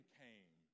came